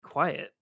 quiet